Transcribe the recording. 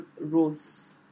rose